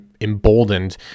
emboldened